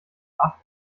acht